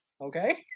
Okay